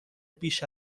بیش